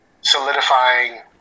solidifying